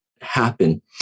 happen